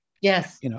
Yes